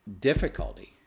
difficulty